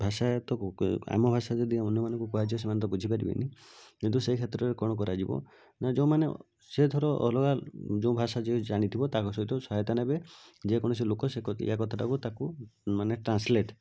ଭାଷା ତ ଆମ ଭାଷା ଯଦି ଅନ୍ୟମାନଙ୍କୁ କୁହାଯିବ ସେମାନେ ତ ବୁଝିପାରିବେନି କିନ୍ତୁ ସେ କ୍ଷେତ୍ରରେ କ'ଣ କରାଯିବ ନା ଯେଉଁ ମାନେ ସେ ଧର ଅଲଗା ଯେଉଁ ଭାଷା ଯିଏ ଜାଣିଥିବ ତାଙ୍କ ସହିତ ସହାୟତା ନେବେ ଯେକୌଣସି ଲୋକ ଇୟା କଥାଟିକୁ ତାକୁ ମାନେ ଟ୍ରାନ୍ସଲେଟ